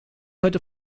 heute